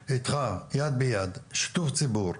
אנחנו איתך יד ביד עם שיתוף ציבור,